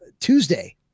Tuesday